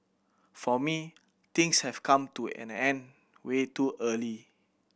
for me things have come to an end way too early